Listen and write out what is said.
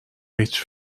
ریچ